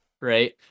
right